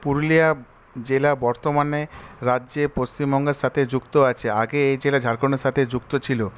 পুরুলিয়া জেলা বর্তমানে রাজ্যে পশ্চিমবঙ্গের সাথে যুক্ত আছে আগে এই জেলা ঝাড়খণ্ডের সাথে যুক্ত ছিল